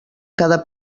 cada